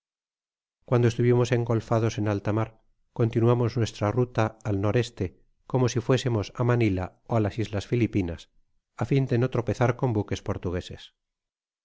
cuando estuvimos engolfados en alta mar continuamos nuestra ruta al n e como si fuésemos á manila ó á las islas filipinas á fin de no tropezar con buques portugueses